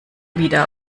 wieder